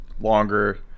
longer